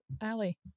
Allie